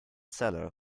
seller